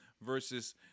versus